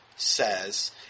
Says